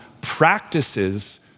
practices